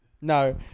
No